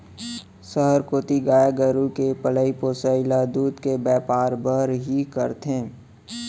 सहर कोती गाय गरू के पलई पोसई ल दूद के बैपार बर ही करथे